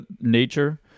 nature